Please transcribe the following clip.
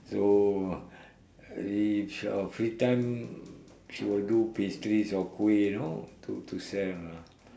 so each of free time she will do pastries or kuih you know to to sell